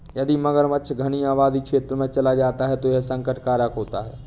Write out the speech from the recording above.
यदि मगरमच्छ घनी आबादी क्षेत्र में चला जाए तो यह संकट कारक होता है